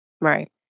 Right